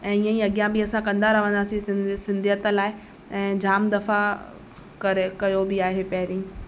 ऐं ईअं ई अॻियां बि असां कंदा रहंदासीं सिंधी सिंधियत लाइ ऐं जामु दफ़ा करे कयो बि आहे पहिरीं